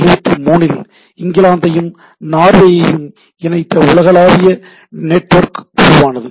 1973 இல் இங்கிலாந்தையும் நார்வே ஐயும் இணைத்த உலகளாவிய நெட்வொர்க்கிங் உருவானது